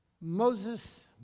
Moses